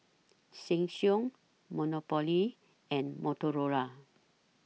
Sheng Siong Monopoly and Motorola